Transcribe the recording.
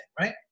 right